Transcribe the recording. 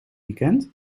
weekend